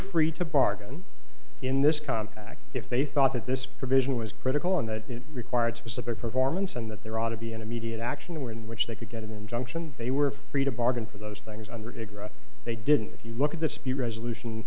free to bargain in this contract if they thought that this provision was critical and that required specific performance and that there ought to be an immediate action where in which they could get an injunction they were free to bargain for those things under it they didn't if you look at the speed resolution